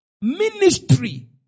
Ministry